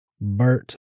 Bert